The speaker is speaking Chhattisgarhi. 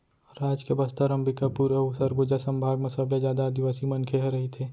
राज के बस्तर, अंबिकापुर अउ सरगुजा संभाग म सबले जादा आदिवासी मनखे ह रहिथे